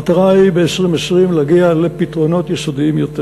המטרה היא להגיע ב-2020 לפתרונות יסודיים יותר.